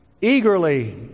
eagerly